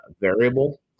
variable